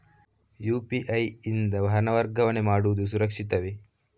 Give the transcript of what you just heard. UPI ಯಿಂದ ಹಣ ವರ್ಗಾವಣೆ ಮಾಡುವುದು ಸುರಕ್ಷಿತವೇ?